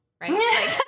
right